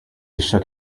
shook